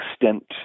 extent